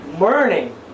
learning